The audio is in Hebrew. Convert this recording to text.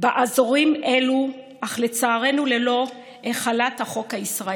באזורים אלו, אך לצערנו ללא החלת החוק הישראלי.